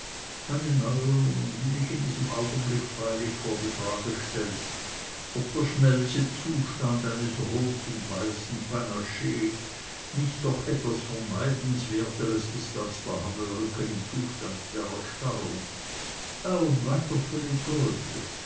eine neuerung die mich in diesem augenblicke freilich vor die frage stellt ob der schmelzezustand eines rot und weißen panach nicht noch etwas vermeidenswerteres ist als der hammelrücken im zustande der erstarrung